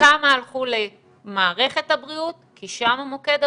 כמה הלכו למערכת הבריאות, כי שם מוקד הבעיה,